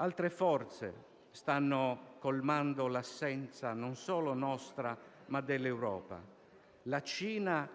Altre forze stanno colmando l'assenza non solo nostra, ma dell'Europa: la Cina